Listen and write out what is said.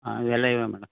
ಹಾಂ ಇವೆಲ್ಲ ಇವೆ ಮೇಡಮ್